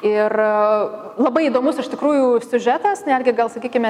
ir labai įdomus iš tikrųjų siužetas netgi gal sakykime